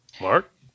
Mark